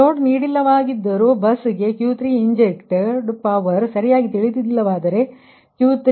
load ನೀಡಲಾಗಿದ್ದರೂ ಬಸ್ಗೆ Q3 injected power ಸರಿಯಾಗಿ ತಿಳಿದಿಲ್ಲವಾದರೆ Q3ಇಂಜೆಕ್ಟೆಡ್ ಪವರ್ Qg3 0